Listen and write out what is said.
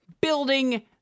building